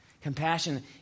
Compassion